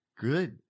Good